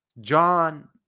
John